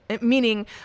meaning